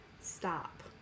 stop